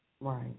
Right